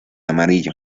amarillo